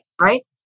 right